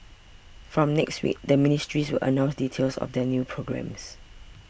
from next week the ministries announce details of their new programmes